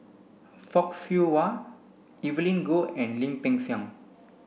Fock Siew Wah Evelyn Goh and Lim Peng Siang